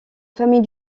famille